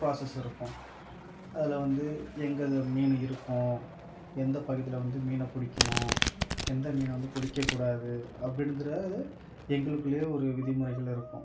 process இருக்கும் அதில் வந்து எங்கே அந்த மீன் இருக்கும் எந்த பகுதியில வந்து மீனை பிடிக்கிணும் எந்த மீனை வந்து பிடிக்கக்கூடாது அப்படிங்கிறது எங்களுக்குள்ளேயே ஒரு விதிமுறைகள் இருக்கும்